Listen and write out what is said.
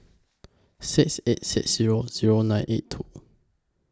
six eight six Zero Zero nine eight two